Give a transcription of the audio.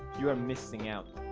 you are missing out.